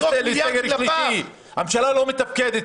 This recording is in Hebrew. אבל ללכת לבחירות ולזרוק מיליארדים לפח --- הממשלה לא מתפקדת,